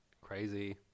crazy